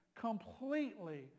completely